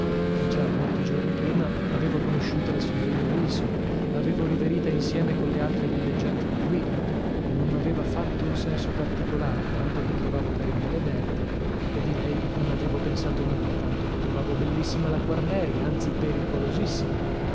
ma già molti giorni prima avevo conosciuta la signorina wilson l'avevo riverita insieme colle altre villeggianti di qui e non m'aveva fatto un senso particolare tanto che trovavo carine le berti e di lei non avevo pensato nulla tanto che trovavo bellissima la quarneri anzi pericolosissima